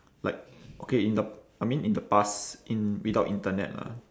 like okay in the I mean in the past in without internet lah